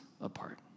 apart